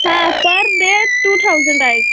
हाँ per day two thousand आएगी